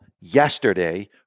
yesterday